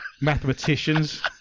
Mathematicians